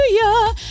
Hallelujah